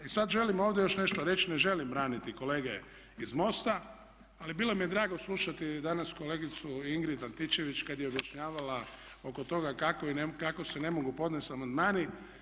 I sada želim ovdje još nešto reći, ne želim braniti kolege iz MOST-a ali bilo mi je drago slušati danas kolegicu Ingrid Antičević kada je objašnjavala oko toga kako se ne mogu podnijeti amandmani.